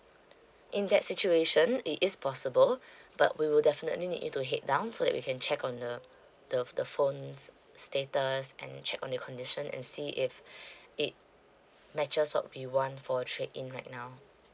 in that situation it is possible but we will definitely need you to head down so that we can check on the the the phone's status and check on the condition and see if it matches what we want for trade in right now